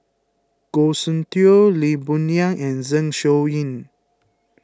Goh Soon Tioe Lee Boon Yang and Zeng Shouyin